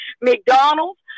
McDonald's